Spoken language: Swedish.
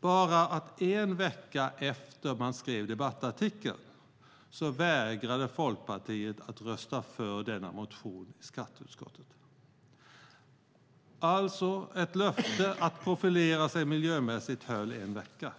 bara en vecka efter att man skrev debattartikeln vägrade Folkpartiet att rösta för denna motion i skatteutskottet. Ett löfte att profilera sig miljömässigt höll alltså en vecka.